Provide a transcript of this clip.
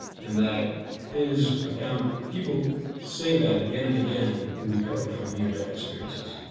and that is account, people say that again and again, who recover from near death experiences.